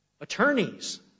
Attorneys